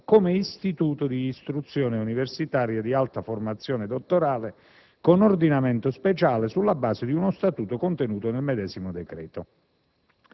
come istituto di istruzione universitaria di alta formazione dottorale con ordinamento speciale sulla base di uno statuto contenuto nel medesimo decreto.